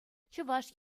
чӑваш